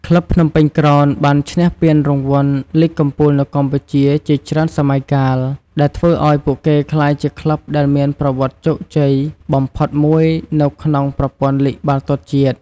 ក្លឹបភ្នំពេញក្រោនបានឈ្នះពានរង្វាន់លីគកំពូលនៅកម្ពុជា ជាច្រើនសម័យកាល ដែលធ្វើឲ្យពួកគេក្លាយជាក្លឹបដែលមានប្រវត្តិជោគជ័យបំផុតមួយនៅក្នុងប្រព័ន្ធលីគបាល់ទាត់ជាតិ។